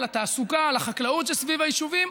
לתעסוקה ולחקלאות שסביב היישובים,